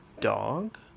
dog